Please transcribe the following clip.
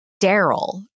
Daryl